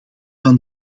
van